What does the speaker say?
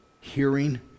hearing